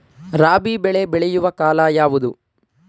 ರಾಬಿ ಬೆಳೆ ಬೆಳೆಯುವ ಕಾಲ ಯಾವುದು?